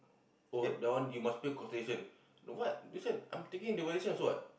oh that one you must pay concession what this one I'm taking the medicine also what